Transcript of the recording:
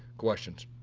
questions.